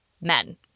men